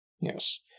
Yes